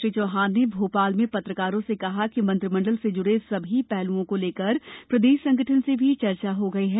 श्री चौहान ने भोपाल में पत्रकारो से कहा कि मंत्रिमंडल से जुड़े सभी पहलुओं को लेकर प्रदेश संगठन से भी चर्चा हो गयी है